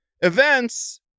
events